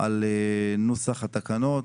על נוסח התקנות.